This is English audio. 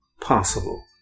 possible